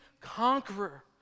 conqueror